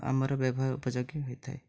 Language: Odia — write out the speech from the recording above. ଆମର ବ୍ୟବହାର ଉପଯୋଗଗୀ ହୋଇଥାଏ